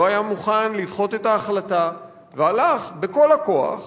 לא היה מוכן לדחות את ההחלטה, והלך בכל הכוח